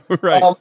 Right